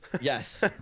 Yes